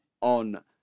on